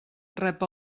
rep